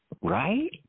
right